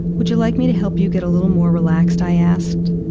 would you like me to help you get a little more relaxed? i asked.